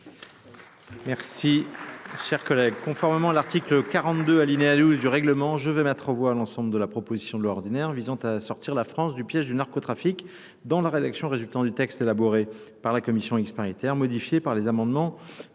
Merci, chers collègues. Conformement à l'article 42 alinéa 12 du règlement, je vais mettre en voie l'ensemble de la proposition de loi ordinaire visant à sortir la France du piège du narcotrafique dans la rédaction résultant du texte élaboré par la commission expéritaire, modifié par les amendements